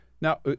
Now